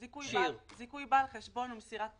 "זיכוי בעל חשבון ומסירת פרטים.